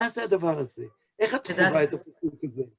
מה זה הדבר הזה? איך את קיבלת את החוק הזה?